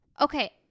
Okay